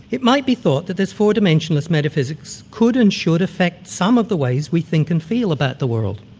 it might be thought that this four-dimensionist metaphysics could and should affect some of the ways we think and feel about the world.